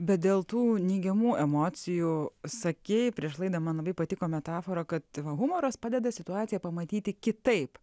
bet dėl tų neigiamų emocijų sakei prieš laidą man labai patiko metafora kad humoras padeda situaciją pamatyti kitaip